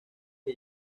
que